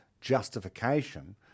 justification